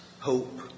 hope